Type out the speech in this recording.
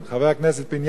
חבר הכנסת פיניאן,